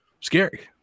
scary